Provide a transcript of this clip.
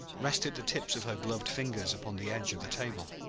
rested the tips of her gloved fingers upon the edge of the table.